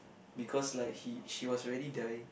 because like he she was already dying